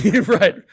Right